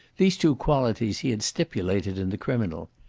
these two qualities he had stipulated in the criminal.